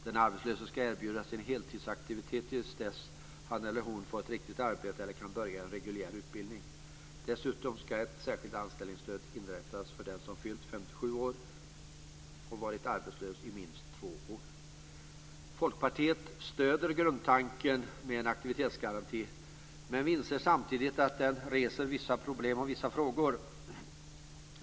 Den arbetslöse ska erbjudas en heltidsaktivitet till dess att han eller hon får ett riktigt arbete eller kan börja i en reguljär utbildning. Dessutom ska ett särskilt anställningsstöd inrättas för den som fyllt Folkpartiet stöder grundtanken med en aktivitetsgaranti, men vi inser samtidigt att den reser vissa problem och vissa frågor.